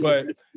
but,